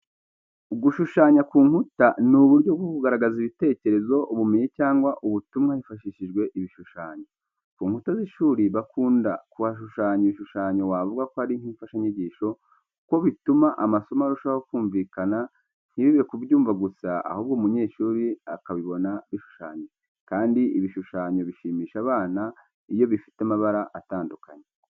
Gushushanya ku nkuta ni uburyo bwo kugaragaza ibitekerezo, ubumenyi, cyangwa ubutumwa hifashishijwe ibishushanyo. Ku nkuta z'ishuri bakunda kuhashushanya ibishushanyo wavuga ko ari nk'imfashanyigisho kuko bituma amasomo arushaho kumvikana, ntibibe kubyumva gusa ahubwo umunyeshuri akabibona bishushanyije, kandi ibishushanyo bishimisha abana iyo bifite amabara atandukanye.